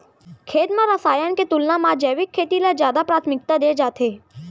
खेत मा रसायन के तुलना मा जैविक खेती ला जादा प्राथमिकता दे जाथे